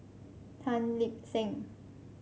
Tan Lip Seng